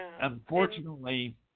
unfortunately